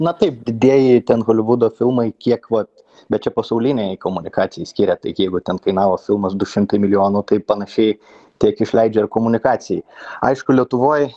na taip didieji ten holivudo filmai kiek vat bet čia pasaulinei komunikacijai skiria tai jeigu ten kainavo filmas du šimtai milijonų tai panašiai tiek išleidžia ir komunikacijai aišku lietuvoj